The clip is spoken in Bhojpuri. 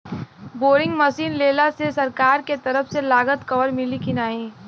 बोरिंग मसीन लेला मे सरकार के तरफ से लागत कवर मिली की नाही?